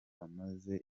amazemo